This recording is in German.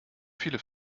viele